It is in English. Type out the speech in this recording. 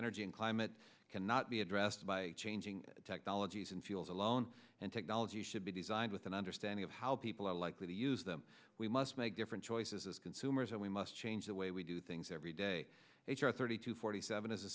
energy and climate cannot be addressed by changing technologies and fuels alone and technology should be designed with an understanding of how people are likely to use them we must make different choices as consumers and we must change the way we do things every day h r thirty to forty seven is a